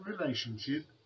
relationship